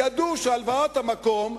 ידעו שהלוואות המקום,